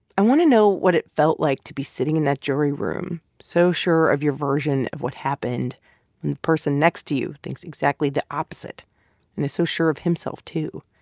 i want to know what it felt like to be sitting in that jury room so sure of your version of what happened when the person next to you thinks exactly the opposite and is so sure of himself too.